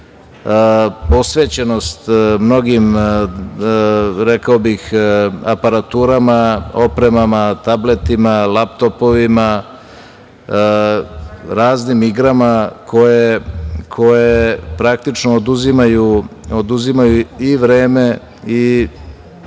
posvećenost mnogim aparaturama, opremama, tabletima, lap-topovima, raznih igrama koje praktično oduzimaju vreme.